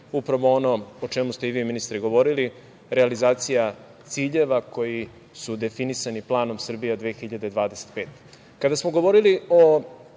upravo ono o čemu ste i vi ministre govorili – realizacija ciljeva koji su definisani planom „Srbija 2025“.Kada smo razgovarali sa